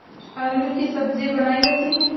अरबी की सब्जी बनायीं जाती है